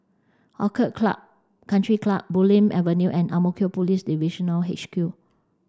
Orchid Club Country Club Bulim Avenue and Ang Mo Kio Police Divisional H Q